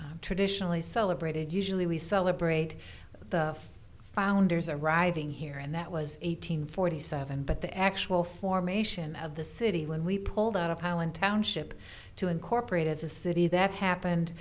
as traditionally celebrated usually we celebrate the founders arriving here and that was eight hundred forty seven but the actual formation of the city when we pulled out of highland township to incorporate as a city that